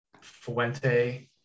fuente